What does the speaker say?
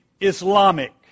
Islamic